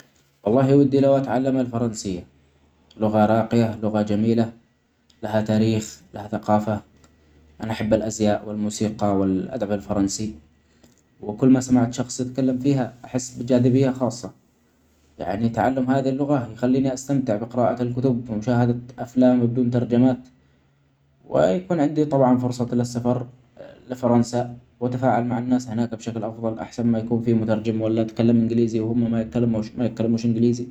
والله ودي لو أتعلم الفرنسي لغة راقية لغة جميلة لها تاريخ لها ثقافة أنا أحب الازياء والموسيقي والأدب الفرنسي، وكل ما سمعت شخص يتكلم فيها أحس بجاذبية خاصة. يعني تعلم هذه اللغة يخليني أستمتع بقراءة الكتب ومشاهدة أفلام بدون ترجمات وطبعا يكون عندي فرصة للسفر لفرنسا ، وأتفاعل مع الناس هناك بشكل أفظل أحسن ما يكون في مترجم ولا أتكلم إنجليزي وهم ميتكلموش-ميتكلموش إنجليزي.